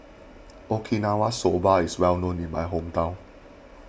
Okinawa Soba is well known in my hometown